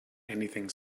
anything